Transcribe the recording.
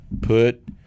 put